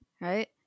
right